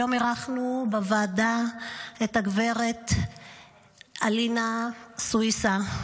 היום אירחנו בוועדה את הגב' אלינה סויסה.